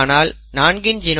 ஆனால் 4 இன் genotype XAXa